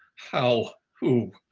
how, who,